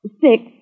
Six